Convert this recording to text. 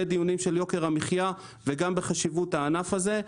דיונים של יוקר המחיה וגם בחשיבות הענף הזה.